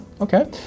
Okay